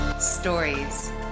stories